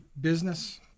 business